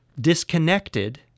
disconnected